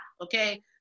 Okay